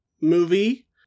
movie